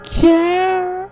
care